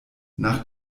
nach